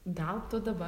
gal tu dabar